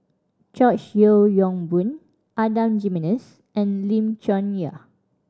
George Yeo Yong Boon Adan Jimenez and Lim Chong Yah